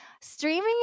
streaming